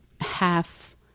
half